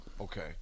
Okay